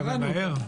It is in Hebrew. אתה ממהר?